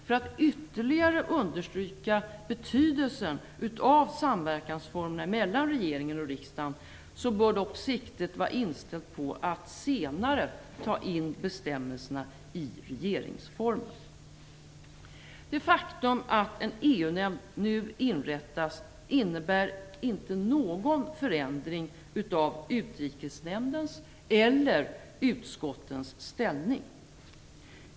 För att ytterligare understryka betydelsen av samverkansformerna mellan regeringen och riksdagen bör dock siktet vara inställt på att senare ta in bestämmelserna i regeringsformen. Det faktum att en EU-nämnd nu inrättas innebär inte någon förändring av Utrikesnämndens eller utskottens ställning.